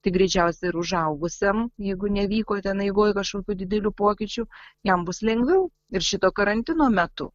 tai greičiausiai ir užaugusiam jeigu nevyko ten eigoj kažkokių didelių pokyčių jam bus lengviau ir šito karantino metu